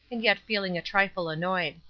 and yet feeling a trifle annoyed.